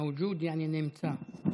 מווג'וד יעני נמצא.